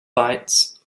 bytes